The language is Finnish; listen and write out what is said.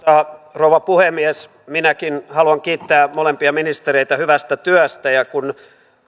rouva puhemies minäkin haluan kiittää molempia ministereitä hyvästä työstä ja kun